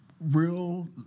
real